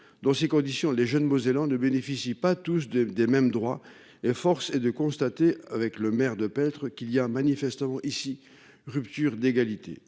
dans ces conditions, les jeunes mosellans ne bénéficient pas tous des mêmes droits et force est de constater avec le maire de Petr qu'il y a manifestement ici. Rupture d'égalité